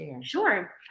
Sure